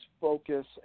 focus